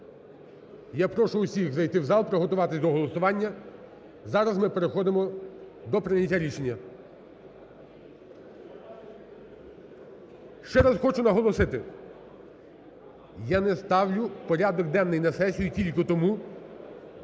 Я прошу всіх зайти в зал, приготуватися до голосування. Зараз ми переходимо до прийняття рішення. Ще раз хочу наголосити: я не ставлю в порядок денний на сесію тільки тому,